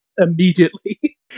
immediately